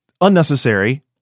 unnecessary